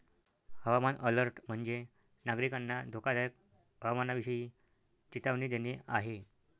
हवामान अलर्ट म्हणजे, नागरिकांना धोकादायक हवामानाविषयी चेतावणी देणे आहे